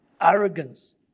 Arrogance